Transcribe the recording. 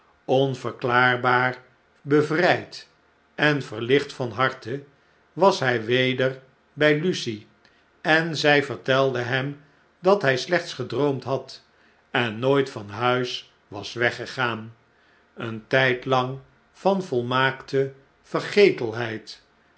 onverklaarbaar bevrijd en verlicht van harte was hjj weder bjj lucie en zfcj vertelde hem dat hh slechts gedroomd had en nooit van huis was weggegaan een tjjdlang van volmaakte